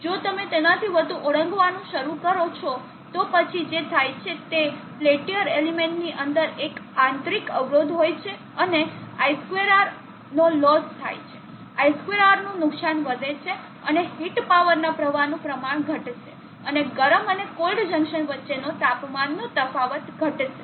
જો તમે તેનાથી વધુ ઓળંગવાનું શરૂ કરો છો તો પછી જે થાય છે તે પેલ્ટીઅર એલિમેન્ટ ની અંદર એક આંતરિક અવરોધ હોય છે અને I2R નો લોસ થાય છે I2R નું નુકસાન વધે છે અને હીટ પાવરના પ્રવાહનું પ્રમાણ ઘટશે અને ગરમ અને કોલ્ડ જંકશન વચ્ચે તાપમાનનો તફાવત ઘટશે